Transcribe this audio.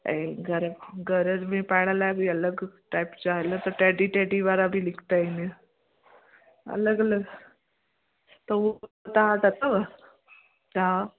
ऐं घर घर में पायण लाइ बि अलॻि टाइप जा हेल त टेडी टेडी वारा बि निकिता आहिनि अलॻि अलॻि त उहो बि तव्हां वटि अथव हा